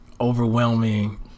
overwhelming